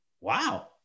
Wow